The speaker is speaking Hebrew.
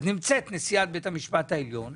אז נמצאת נשיאת בית המשפט העליון,